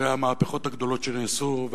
אחרי המהפכות הגדולות שנעשו,